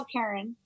Karen